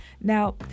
Now